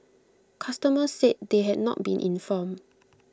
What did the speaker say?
customers said they had not been informed